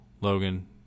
Logan